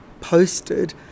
posted